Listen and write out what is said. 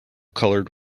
colored